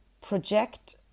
project